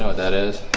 ah that is